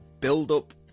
build-up